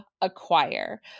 acquire